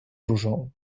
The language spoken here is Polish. różą